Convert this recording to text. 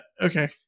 Okay